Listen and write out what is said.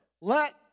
let